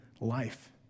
life